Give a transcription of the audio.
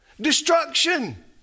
Destruction